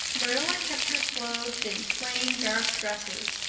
marilla kept her clothed in plain, dark dresses,